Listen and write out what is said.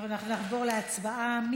נעבור להצבעה.